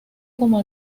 como